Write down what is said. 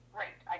Great